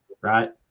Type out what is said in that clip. right